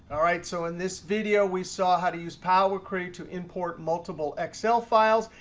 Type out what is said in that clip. all right, so in this video we saw how to use power query to import multiple excel files,